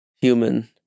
human